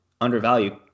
undervalued